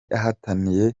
ahataniye